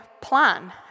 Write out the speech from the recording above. plan